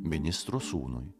ministro sūnui